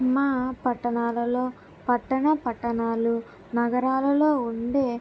మా పట్టణాలలో పట్టణ పట్టణాలు నగరాలలో ఉండే